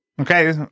okay